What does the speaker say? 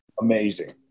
Amazing